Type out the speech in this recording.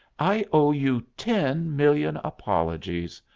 i owe you ten million apologies!